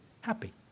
happy